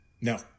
No